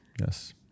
yes